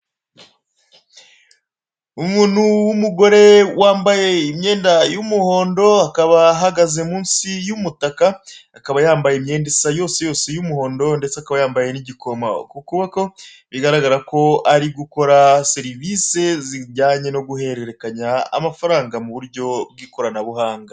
Umuntu w'umugore wambaye imyenda y'umuhondo, akaba ahagaze munsi y'umutaka, akaba yambaye imyenda isa yose yose y'umuhondo ndetse akaba yambaye n'igikomo ku kuboko, bigaragara ko ari gukora serivisi zijyanye no guhererekanya amafaranga mu buryo bw'ikoranabuhanga.